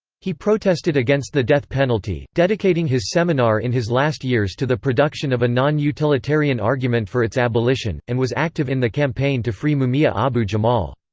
he protested against the death penalty, dedicating his seminar in his last years to the production of a non-utilitarian argument for its abolition, and was active in the campaign to free mumia abu-jamal.